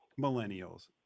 millennials